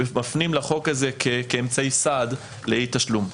מפנים לחוק הזה כאמצעי סעד לאי תשלום.